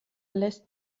lässt